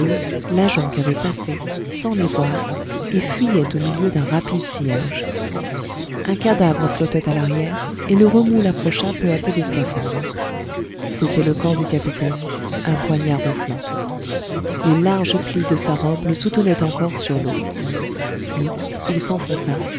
la jonque avait passé sans les voir et fuyait au milieu d'un rapide sillage un cadavre flottait à l'arrière et le remous l'approcha peu à peu des scaphandres c'était le corps du capitaine un poignard au flanc les larges plis de sa robe le soutenaient encore sur l'eau puis il s'enfonça